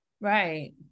Right